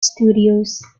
studios